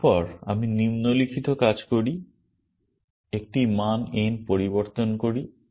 তারপর আমি নিম্নলিখিত কাজ করি একটি মান n পরিবর্তন করি